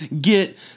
Get